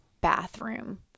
bathroom